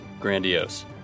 grandiose